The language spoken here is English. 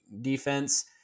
defense